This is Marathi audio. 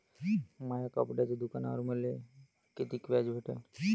माया कपड्याच्या दुकानावर मले कितीक व्याज भेटन?